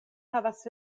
havas